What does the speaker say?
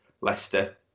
Leicester